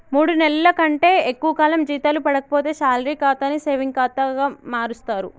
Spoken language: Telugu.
మూడు నెలల కంటే ఎక్కువ కాలం జీతాలు పడక పోతే శాలరీ ఖాతాని సేవింగ్ ఖాతా మారుస్తరు